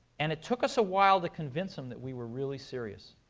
and it took us a while to convince them that we were really serious.